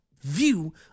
view